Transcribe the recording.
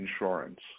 insurance